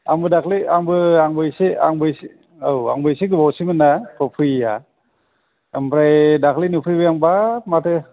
आंबो दाख्लि आंबो आंबो एसे आंबो एसे औ आंबो एसे गोबावसैमोनना बाव फैयैआ आमफ्राय दाख्लि नुफैबाय आं बाफ माथो